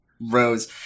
Rose